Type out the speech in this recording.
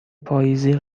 پاییزی